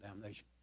damnation